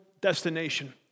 destination